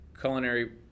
culinary